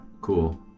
Cool